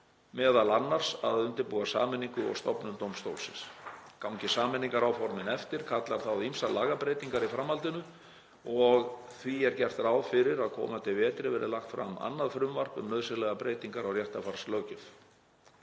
þess m.a. að undirbúa sameiningu og stofnun dómstólsins. Gangi sameiningaráformin eftir kallar það á ýmsar lagabreytingar í framhaldinu og því er gert ráð fyrir að á komandi vetri verði lagt fram annað frumvarp um nauðsynlegar breytingar á réttarfarslöggjöf.